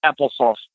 applesauce